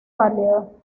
pálido